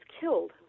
killed